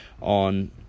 on